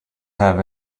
have